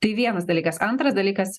tai vienas dalykas antras dalykas